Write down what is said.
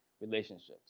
relationships